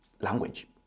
language